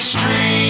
Street